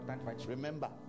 Remember